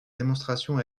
démonstration